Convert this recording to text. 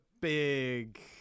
big